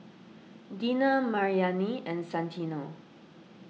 Dina Maryanne and Santino